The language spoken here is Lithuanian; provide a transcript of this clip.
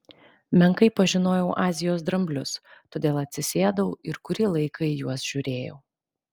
menkai pažinojau azijos dramblius todėl atsisėdau ir kurį laiką į juos žiūrėjau